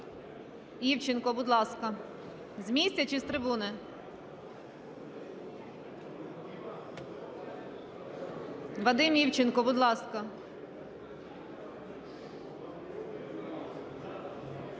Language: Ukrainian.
Вадим Івченко, будь ласка.